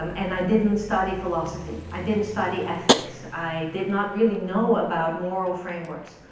um and i didn't study philosophy. i didn't study ethics. i did not really know about moral frameworks.